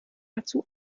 dazu